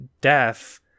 death